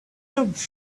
off